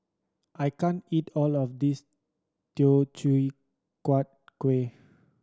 I can't eat all of this Teochew Huat Kuih